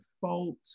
fault